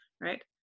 right